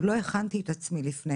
לא הכנתי את עצמי לפני,